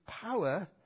power